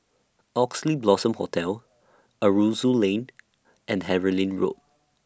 Oxley Blossom Hotel Aroozoo Lane and Harlyn Road